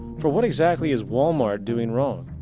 for what exactly is walmart doing wrong?